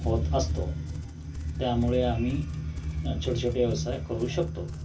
होत असतो त्यामुळे आम्ही छोटे छोटे व्यवसाय करू शकतो